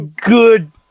Good